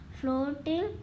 floating